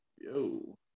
yo